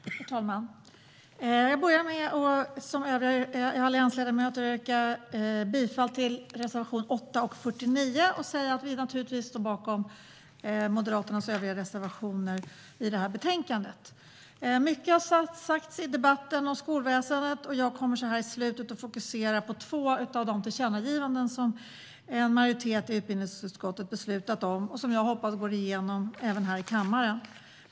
Herr talman! Jag börjar med att precis som övriga alliansledamöter yrka bifall till reservationerna 8 och 49. Vi står naturligtvis bakom Moderaternas övriga reservationer i betänkandet. Mycket har sagts i debatten om skolväsendet, och jag kommer här i slutet att fokusera på två av de tillkännagivanden som en majoritet i utbildningsutskottet beslutat om och som jag hoppas går igenom även här i kammaren.